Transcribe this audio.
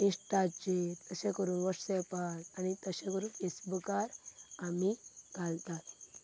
इश्टाचेर अशें करुन वॉटसऍपार आनी तशें करून फेसबुकार आमी घालतात